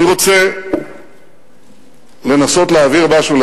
אני רוצה לנסות להבהיר לכם משהו,